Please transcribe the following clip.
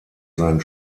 sein